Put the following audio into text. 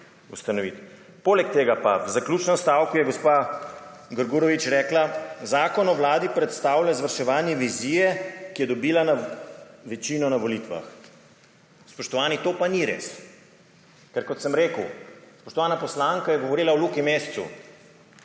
v zaključnem stavku gospa Grgurevič rekla: »Zakon o vladi predstavlja izvrševanje vizije, ki je dobila večino na volitvah.« Spoštovani, to pa ni res. Ker kot sem rekel, spoštovana poslanka je govorila o Luki Mesecu,